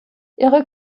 ihre